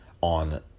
on